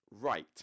right